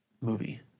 movie